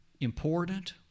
important